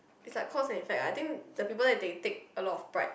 it's like cause and effect ah I think the people there they take a lot of pride